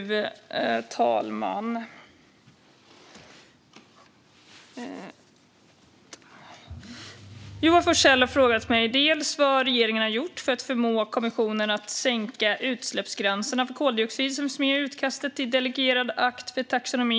Fru talman! Joar Forssell har frågat mig vad regeringen har gjort för att förmå kommissionen att sänka de utsläppsgränser för koldioxid som finns med i utkastet till delegerad akt för taxonomin.